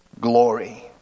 glory